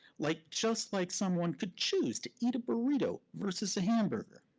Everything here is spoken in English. like just like someone could choose to eat a burrito versus a hamburger.